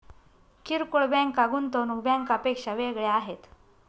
किरकोळ बँका गुंतवणूक बँकांपेक्षा वेगळ्या आहेत